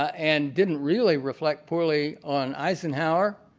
and didn't really reflect poorly on eisenhower,